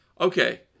okay